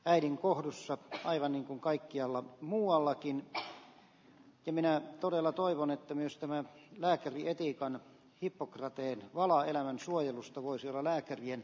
äidin kohdussa taiwanin kaikkialla muuallakin ja minä todella toivon että myös tämän lääkärin etiikan hippokrateen valaa elämänsuojelusta voisi olla lääkärien